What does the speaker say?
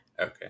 Okay